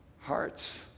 hearts